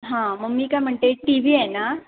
हां मग मी काय म्हणते टी व्ही आहे ना